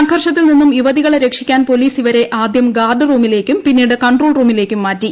സംഘർഷത്തിൽ നിന്നും യുവതികളെ രക്ഷിക്കാൻ പോലീസ് ഇവരെ ആദ്യം ഗാർഡ് റൂമിലേക്കും പിന്നീട് കൺട്രോൾ റൂമിലേക്കും മാറ്റി